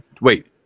wait